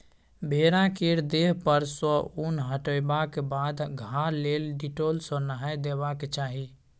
भेड़ा केर देह पर सँ उन हटेबाक बाद घाह लेल डिटोल सँ नहाए देबाक चाही